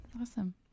Awesome